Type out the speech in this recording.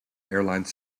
airline